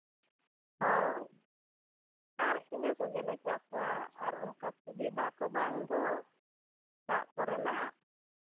ᱦᱳᱭ ᱟᱨ ᱤᱱᱟᱹ ᱠᱚᱜᱮᱞᱮ ᱪᱟᱥᱼᱟ ᱟᱨ ᱚᱱᱠᱟ ᱥᱩᱵᱤᱫᱷᱟ ᱠᱚ ᱵᱟᱝ ᱫᱚ ᱫᱟᱜ ᱠᱚᱨᱮᱱᱟᱜ